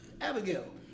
Abigail